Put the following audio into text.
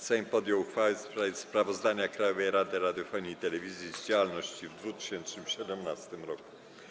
Sejm podjął uchwałę w sprawie sprawozdania Krajowej Rady Radiofonii i Telewizji z działalności w 2017 r.